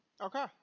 Okay